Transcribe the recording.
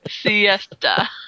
siesta